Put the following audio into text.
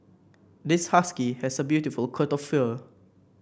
this husky has a beautiful coat of fur